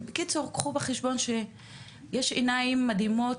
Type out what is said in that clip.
בקיצור, קחו בחשבון שיש עיניים מדהימות